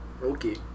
Okay